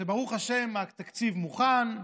שברוך השם התקציב מוכן,